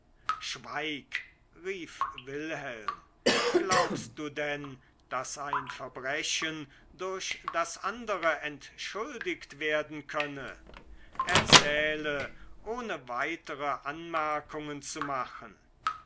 schweig rief wilhelm glaubst du denn daß ein verbrechen durch das andere entschuldigt werden könne erzähle ohne weitere anmerkungen zu machen